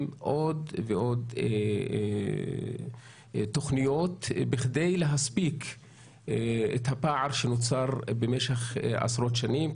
עוד ועוד תוכניות בכדי לגשר על הפער שנוצר במשך עשרות שנים.